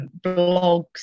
blogs